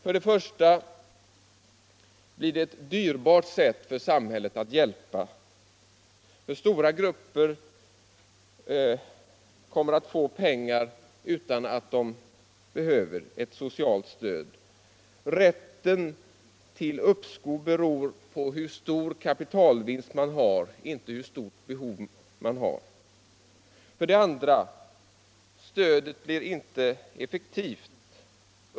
För det första blir det ett dyrbart sätt för samhället att hjälpa, eftersom stora grupper kommer att få pengar utan att de behöver ett socialt stöd. Rätten till uppskov beror på hur stor kapitalvinst man har, inte på hur stort behov man har. För det andra blir stödet inte effektivt.